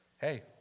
hey